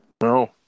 no